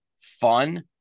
fun